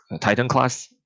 Titan-class